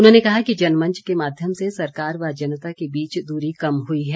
उन्होंने कहा कि जनमंच के माध्यम से सरकार व जनता के बीच दूरी कम हुई है